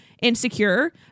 insecure